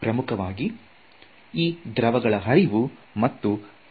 ಪ್ರಮುಖವಾಗಿ ಈ ದ್ರವಗಳ ಹರಿವು ಮತ್ತು ಅದರ ಬಗೆಗಿನ ಅಧ್ಯಯನ